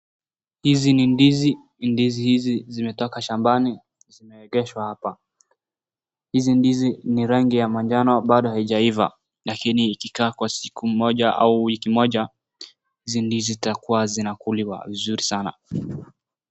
Hizi ni ndizi ndizi hizi zimetoka shambani zimeegeshwa hapa hizi ndizi ni rangi ya manjano bado haijaiva lakini ikikaa Kwa siku moja au wiki moja hizi ndizi zitakua zinakuliwa vizuri sana